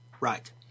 Right